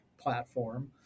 platform